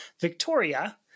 Victoria